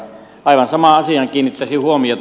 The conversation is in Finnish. aivan samaan asiaan kiinnittäisin huomiota